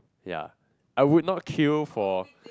ya I would not queue for